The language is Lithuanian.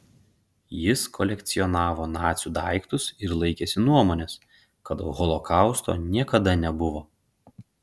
jis kolekcionavo nacių daiktus ir laikėsi nuomonės kad holokausto niekada nebuvo